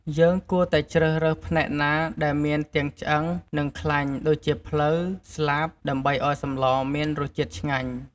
យើងគួរតែជ្រើសរើសផ្នែកណាដែលមានទាំងឆ្អឹង និងខ្លាញ់ ដូចជាភ្លៅ ស្លាប ដើម្បីឱ្យសម្លមានរសជាតិឆ្ងាញ់។